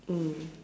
mm